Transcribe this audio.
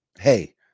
hey